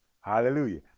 Hallelujah